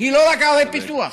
היא לא רק ערי פיתוח,